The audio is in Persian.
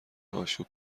آشوب